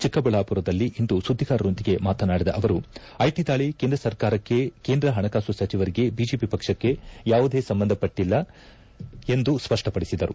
ಚಿಕ್ಕಬಳ್ಣಾಪುರದಲ್ಲಿಂದು ಸುದ್ದಿಗಾರರೊಂದಿಗೆ ಮಾತನಾಡಿದ ಅವರು ಐಟಿ ದಾಳಿ ಕೇಂದ್ರ ಸರ್ಕಾರಕ್ಕೆ ಕೇಂದ್ರ ಹಣಕಾಸು ಸಚಿವರಿಗೆ ಬಿಜೆಪಿ ಪಕ್ಷಕ್ಕೆ ಯಾವುದೇ ಸಂಬಂಧಪಟ್ಟಲ್ಲ ಎಂದು ಸ್ಪಷ್ಟಪಡಿಸಿದರು